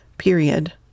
Period